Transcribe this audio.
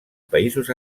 països